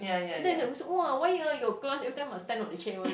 so everytime said !wah! why ah your class every time must stand on the chair one